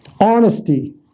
honesty